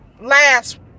last